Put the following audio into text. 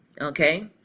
okay